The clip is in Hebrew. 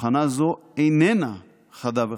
הבחנה זו איננה חדה וחלקה,